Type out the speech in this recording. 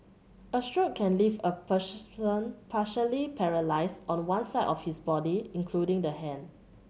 a stroke can leave a person partially paralysed on one side of his body including the hand